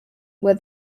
were